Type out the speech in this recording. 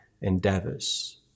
endeavors